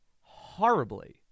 horribly